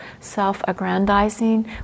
self-aggrandizing